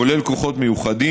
כולל כוחות מיוחדים,